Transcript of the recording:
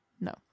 No